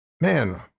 Man